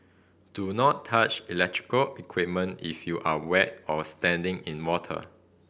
do not touch electrical equipment if you are wet or standing in water